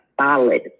solid